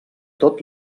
tot